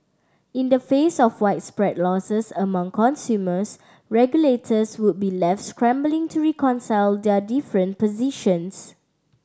in the face of widespread losses among consumers regulators would be left scrambling to reconcile their different positions